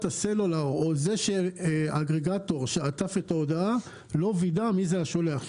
הסלולר או האגרגטור שעטף את ההודעה לא וידא מיהו השולח.